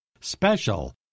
special